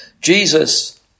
Jesus